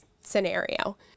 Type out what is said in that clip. scenario